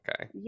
okay